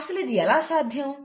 అసలు ఇది ఎలా సాధ్యం